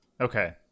Okay